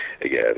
again